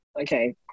okay